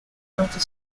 after